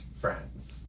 friends